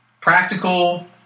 Practical